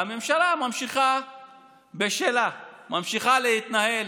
והממשלה ממשיכה בשלה, ממשיכה להתנהל